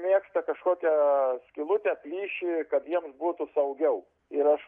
mėgsta kažkokią skylutę plyšį kad jiems būtų saugiau ir aš